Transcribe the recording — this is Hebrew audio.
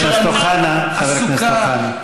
חבר הכנסת אוחנה, חבר הכנסת אוחנה.